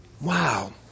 wow